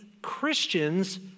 Christians